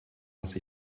lasse